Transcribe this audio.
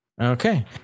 Okay